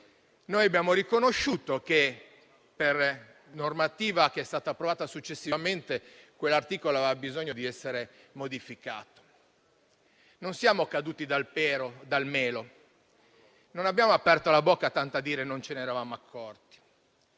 abbiamo riconosciuto che, per la normativa che è stata approvata successivamente, quell'articolo aveva bisogno di essere modificato; non siamo caduti dal melo e non abbiamo aperto la bocca tanto per dire che non ce n'eravamo accorti.